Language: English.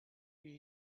where